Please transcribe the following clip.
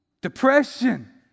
Depression